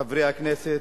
חברי הכנסת,